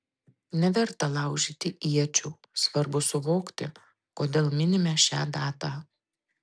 neverta laužyti iečių svarbu suvokti kodėl minime šią datą